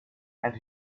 and